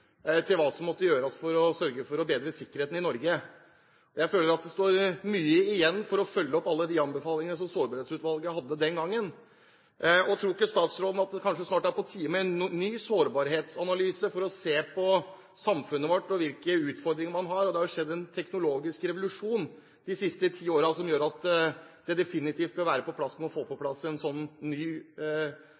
hva som måtte gjøres for å sørge for å bedre sikkerheten i Norge. Jeg føler at det står mye igjen når det gjelder å følge opp de anbefalingene som Sårbarhetsutvalget kom med den gangen. Tror ikke statsråden at det kanskje snart er på tide med en ny sårbarhetsanalyse for å se på samfunnet vårt og på hvilke utfordringer man har? Det har jo skjedd en teknologisk revolusjon de siste ti årene som gjør at en ny sårbarhetsanalyse definitivt bør være på plass for nettopp å se på